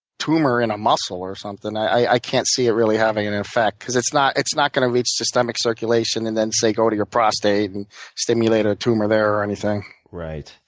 tumor in a muscle or something, i can't see it really having an effect. because it's not it's not going to lead to systemic circulation and then say go to your prostate and stimulate a tumor there or anything. right.